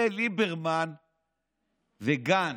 זה ליברמן וגנץ.